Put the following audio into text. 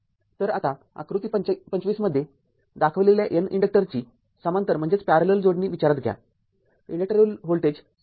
तर आता आकृती २५ मध्ये दाखविलेल्या N इन्डक्टर्सची समांतर जोडणी विचारात घ्या इन्डक्टरवरील व्होल्टेज समान आहे